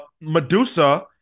Medusa